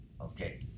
Okay